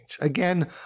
Again